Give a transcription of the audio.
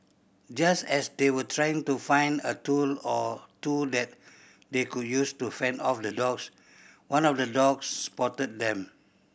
just as they were trying to find a tool or two that they could use to fend off the dogs one of the dogs spotted them